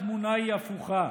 התמונה היא הפוכה.